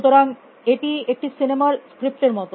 সুতরাং এটি একটি সিনেমার স্ক্রিপ্ট এর মত